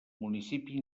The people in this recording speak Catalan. municipi